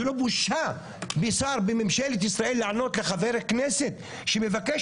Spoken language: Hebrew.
זה לא בושה ששר בממשלת ישראל לענות לחבר הכנסת שמבקש